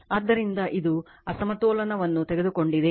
ಆದ್ದರಿಂದ ಇದು ಅಸಮತೋಲನವನ್ನು ತೆಗೆದುಕೊಂಡಿದೆ